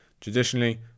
Traditionally